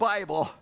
Bible